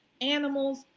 animals